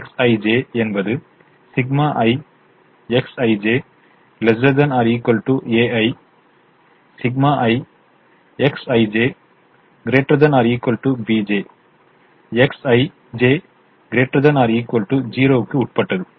∑∑Cij Xij என்பது ∑j Xij ≤ ai ∑i Xij ≥ bj Xij ≥ 0 க்கு உட்பட்டது